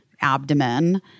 abdomen